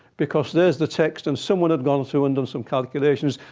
because there's the text, and someone had gone through and done some calculations.